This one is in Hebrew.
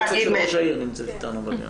היועצת של ראש העיר נמצאת אתנו.